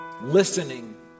Listening